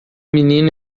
menino